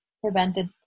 prevented